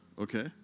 okay